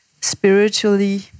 spiritually